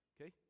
Okay